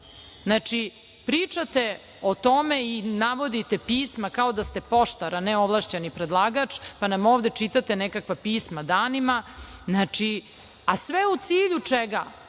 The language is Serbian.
pričate o tome i navodite pisma, kao da ste poštar, a ne ovlašćeni predlagač, pa nam ovde čitate nekakva pisma danima, a sve u cilju čega?